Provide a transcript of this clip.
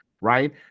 right